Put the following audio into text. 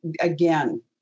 again